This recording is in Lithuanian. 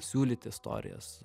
siūlyti istorijas